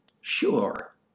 Sure